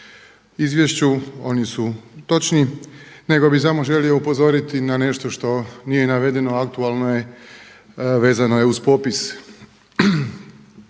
izvješću, oni su točni nego bih samo želio upozoriti na nešto što nije navedeno a aktualno je, vezano je uz popis